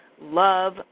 love